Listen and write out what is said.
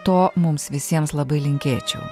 to mums visiems labai linkėčiau